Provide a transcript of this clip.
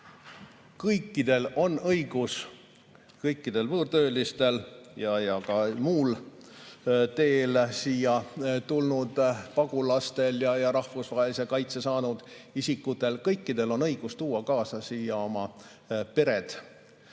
siia tulnud – kõikidel võõrtöölistel ja ka muul teel siia tulnud pagulastel ja rahvusvahelise kaitse saanud isikutel –, on õigus tuua kaasa oma pere,